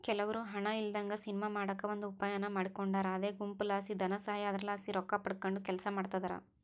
ಕೆಲವ್ರು ಹಣ ಇಲ್ಲದಂಗ ಸಿನಿಮಾ ಮಾಡಕ ಒಂದು ಉಪಾಯಾನ ಮಾಡಿಕೊಂಡಾರ ಅದೇ ಗುಂಪುಲಾಸಿ ಧನಸಹಾಯ, ಅದರಲಾಸಿ ರೊಕ್ಕಪಡಕಂಡು ಕೆಲಸ ಮಾಡ್ತದರ